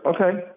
okay